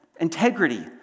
Integrity